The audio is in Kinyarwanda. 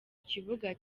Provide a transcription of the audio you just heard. kibuga